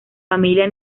familia